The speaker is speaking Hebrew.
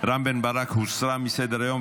רם בן ברק הוסרה מסדר-היום.